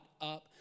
up